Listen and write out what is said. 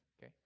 Okay